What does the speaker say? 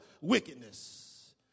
wickedness